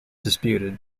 disputed